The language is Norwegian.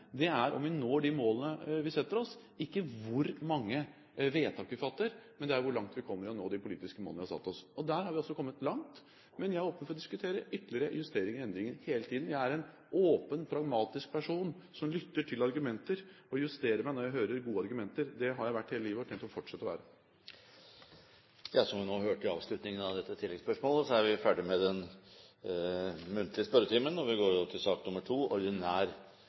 er om vi når de målene vi setter oss – ikke hvor mange vedtak vi fatter, men hvor langt vi kommer i å nå de politiske målene vi har satt oss. Der har vi altså kommet langt, men jeg er åpen for å diskutere ytterligere justeringer og endringer hele tiden. Jeg er en åpen, pragmatisk person som lytter til argumenter, og jeg justerer meg når jeg hører gode argumenter. Det har jeg vært hele livet og har tenkt å fortsette å være det. Dermed er vi ferdig med den muntlige spørretimen, og vi går over til den ordinære spørretimen. Det blir noen endringer i den oppsatte spørsmålslisten, og presidenten viser i den sammenheng til